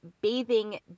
bathing